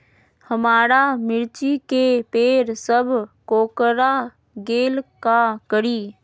हमारा मिर्ची के पेड़ सब कोकरा गेल का करी?